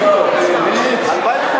באמת?